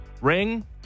ring